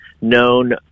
known